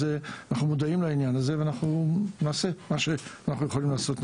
אנחנו מודעים לעניין הזה ואנחנו נעשה את מה שאנחנו יכולים לעשות.